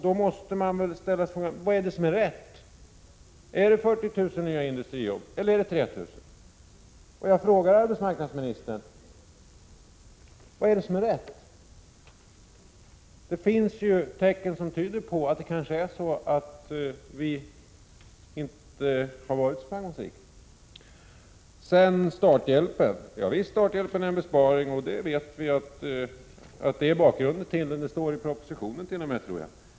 Då måste man ställa sig frågan: Vad är det som är rätt? Är det 40 000 nya industrijobb eller är det 3 000? Jag frågar arbetsmarknadsministern: Vilken uppgift är riktig? Det finns tecken som tyder på att vi kanske inte har varit så framgångsrika. Att borttagandet av starthjälpen är en besparing vet vi. Bakgrunden till den står t.o.m. i propositionen, tror jag.